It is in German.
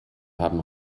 haben